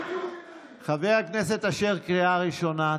חבר הכנסת אשר, קריאה ראשונה,